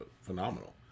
phenomenal